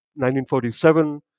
1947